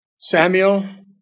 Samuel